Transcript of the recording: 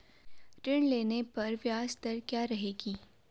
ऋण लेने पर ब्याज दर क्या रहेगी?